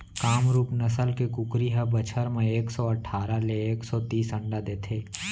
कामरूप नसल के कुकरी ह बछर म एक सौ अठारा ले एक सौ तीस अंडा देथे